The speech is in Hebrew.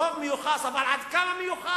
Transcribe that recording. רוב מיוחס, אבל עד כמה מיוחס?